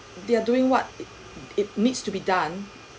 they are doing what it it needs to be done